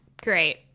Great